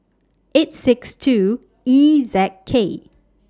eight six two E Z K